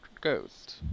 Ghost